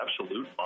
absolute